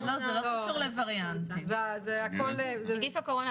חובת בידוד לא תחול לגבי מחלים ככלל.